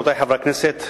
רבותי חברי הכנסת,